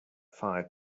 fire